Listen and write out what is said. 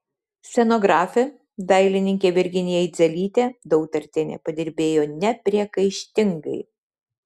scenografė dailininkė virginija idzelytė dautartienė padirbėjo nepriekaištingai